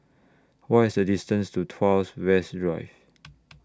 What IS The distance to Tuas West Rive